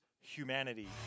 humanity